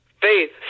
Faith